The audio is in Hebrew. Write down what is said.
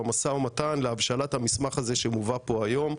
במשא-ומתן להבשלת המסמך הזה שמובא פה היום.